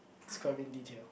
describe in detail